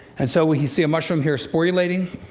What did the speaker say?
and so we see a mushroom here sporulating.